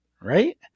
right